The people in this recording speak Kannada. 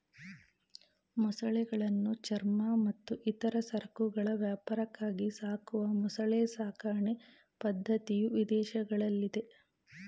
ಮೊಸಳೆಗಳನ್ನು ಚರ್ಮ ಮತ್ತು ಇತರ ಸರಕುಗಳ ವ್ಯಾಪಾರಕ್ಕಾಗಿ ಸಾಕುವ ಮೊಸಳೆ ಸಾಕಣೆ ಪದ್ಧತಿಯು ವಿದೇಶಗಳಲ್ಲಿದೆ